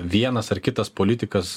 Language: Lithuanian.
vienas ar kitas politikas